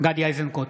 גדי איזנקוט,